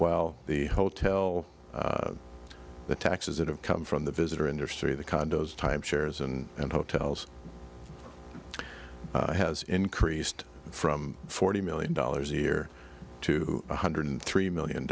well the hotel the taxes that have come from the visitor industry the condos timeshares and and hotels has increased from forty million dollars a year to one hundred three million